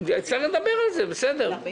צריך לדבר על זה, בסדר.